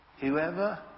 Whoever